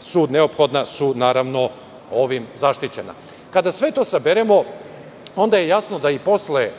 su neophodna, su naravno ovim zaštićena. Kada sve to saberemo, onda je jasno da i posle